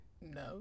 no